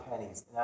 pennies